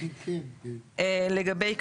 לגבי כבישים,